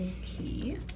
Okay